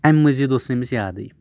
اَمہِ مٔزیٖد اوس نہٕ أمِس یادٕے